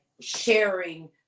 sharing